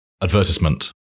Advertisement